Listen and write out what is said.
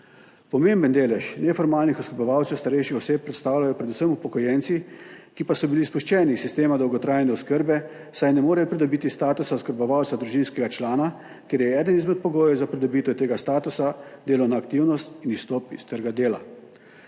Pomemben delež neformalnih oskrbovalcev starejših oseb predstavljajo predvsem upokojenci, ki pa so bili izpuščeni iz sistema dolgotrajne oskrbe, saj ne morejo pridobiti statusa oskrbovalca družinskega člana, ker je eden izmed pogojev za pridobitev tega statusa delovno aktivnost in izstop iz trga dela.